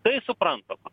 tai suprantama